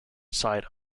side